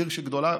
עיר שגדולה,